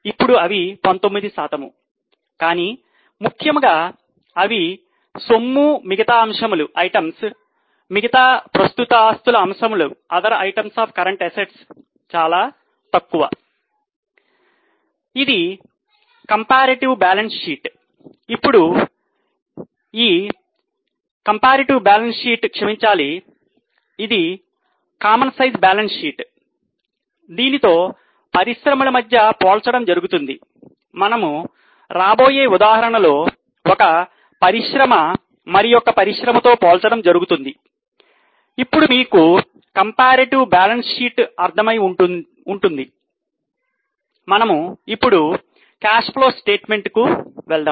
ఇది తులనాత్మక మిగులు పత్రము కు వెళ్దాం